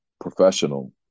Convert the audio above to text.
professional